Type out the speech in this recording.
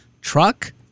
truck